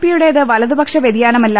പിയുടേത് വലതുപക്ഷ വൃതിയാനമല്ല